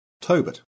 Tobit